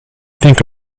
think